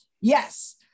Yes